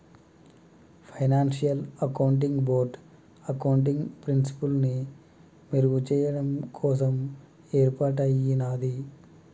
financial accounting board accounting ప్రిన్సిపల్స్ని మెరుగుచెయ్యడం కోసం యేర్పాటయ్యినాది